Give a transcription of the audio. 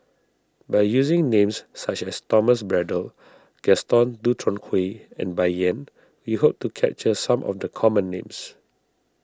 by using names such as Thomas Braddell Gaston Dutronquoy and Bai Yan we hope to capture some of the common names